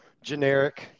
generic